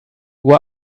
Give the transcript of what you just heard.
uhr